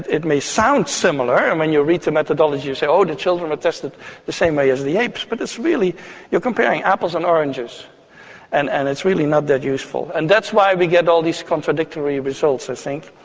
it may sound similar, and when you read the methodology you say, oh, the children are tested the same way as the apes, but really you're comparing apples and oranges and and it's really not that useful. and that's why we get all these contradictory results i think.